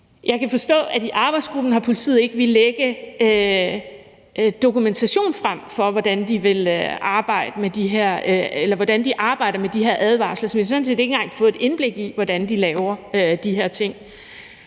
Jeg kan forstå, at i arbejdsgruppen har politiet ikke villet lægge dokumentation frem for, hvordan de arbejder med de her advarsler, så vi kan sådan set ikke engang få et indblik i, hvordan de laver de her ting.